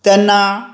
तेन्ना